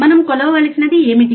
మనం కొలవవలసినది ఏమిటి